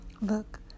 Look